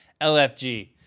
LFG